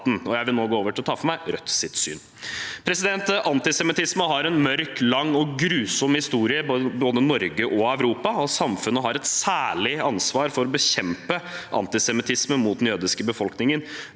Jeg vil nå gå over til å ta for meg Rødts syn. Antisemittisme har en mørk, lang og grusom historie i både Norge og Europa, og samfunnet har et særlig ansvar for å bekjempe antisemittisme mot den jødiske befolkningen.